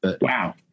Wow